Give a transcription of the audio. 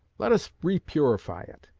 let us repurify it.